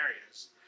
areas